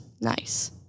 nice